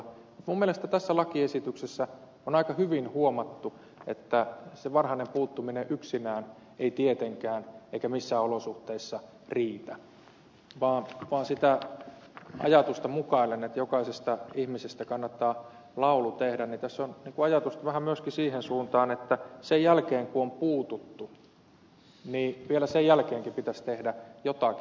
minun mielestäni tässä lakiesityksessä on aika hyvin huomattu että se varhainen puuttuminen yksinään ei tietenkään eikä missään olosuhteissa riitä vaan sitä ajatusta mukaillen että jokaisesta ihmisestä kannattaa laulu tehdä niin tässä on ajatusta vähän myöskin siihen suuntaan että sen jälkeen kun on puututtu niin vielä sen jälkeenkin pitäisi tehdä jotakin